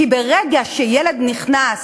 כי ברגע שילד נכנס